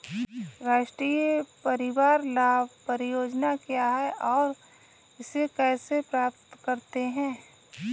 राष्ट्रीय परिवार लाभ परियोजना क्या है और इसे कैसे प्राप्त करते हैं?